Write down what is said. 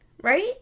right